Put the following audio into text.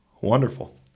Wonderful